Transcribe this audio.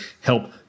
help